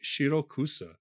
Shirokusa